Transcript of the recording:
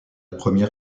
première